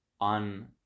On